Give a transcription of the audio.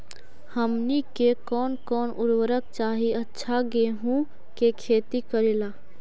हमनी के कौन कौन उर्वरक चाही अच्छा गेंहू के खेती करेला?